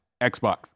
Xbox